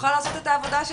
תוכל לעשות את העבודה שלה.